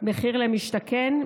מחיר למשתכן.